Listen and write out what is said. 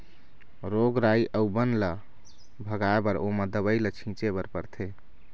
रोग राई अउ बन ल भगाए बर ओमा दवई ल छिंचे बर परथे